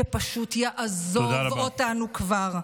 שפשוט יעזוב אותנו כבר.